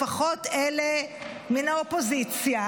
לפחות אלה מן האופוזיציה,